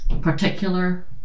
particular